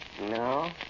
No